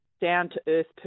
down-to-earth